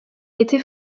été